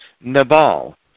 Nabal